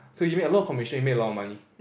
so he made a lot of commission he made a lot of money